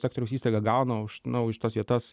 sektoriaus įstaiga gauna na už tas vietas